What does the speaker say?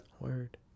Word